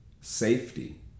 safety